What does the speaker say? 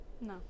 No